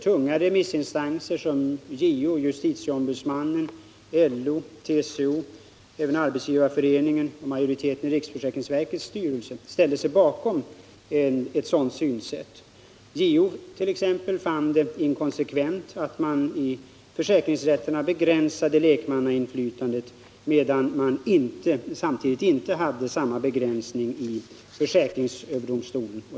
Tunga remissinstanser som JO, LO, TCO, Arbetsgivareföreningen och majoriteten i riksförsäkringsverkets styrelse ställde sig bakom ett sådant synsätt. JO t.ex. fann det inkonsekvent att man i försäkringsrätterna begränsade lekmannainflytandet medan man samtidigt inte hade samma begränsning i försäkringsöverdomstolen.